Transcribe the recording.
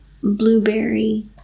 Blueberry